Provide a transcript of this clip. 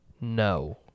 No